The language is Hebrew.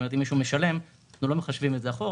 אם מישהו משלם אנחנו לא מחשבים את זה אחורה,